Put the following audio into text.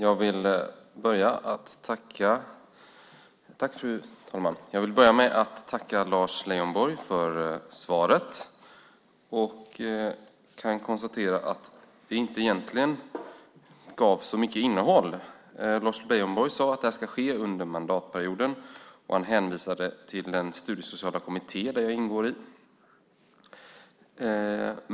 Fru talman! Jag vill börja med att tacka Lars Leijonborg för svaret. Jag konstaterar att det egentligen inte hade så mycket innehåll. Lars Leijonborg sade att det ska ske under mandatperioden. Han hänvisade till den studiesociala kommitté som jag ingår i.